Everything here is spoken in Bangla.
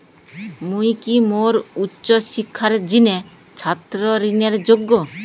মুই কি মোর উচ্চ শিক্ষার জিনে ছাত্র ঋণের যোগ্য?